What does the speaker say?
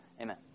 Amen